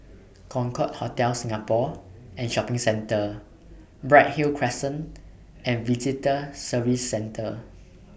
Concorde Hotel Singapore and Shopping Centre Bright Hill Crescent and Visitor Services Centre